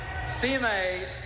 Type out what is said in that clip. CMA